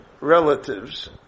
relatives